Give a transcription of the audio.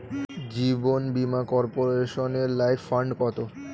জীবন বীমা কর্পোরেশনের life fund কত?